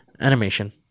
Animation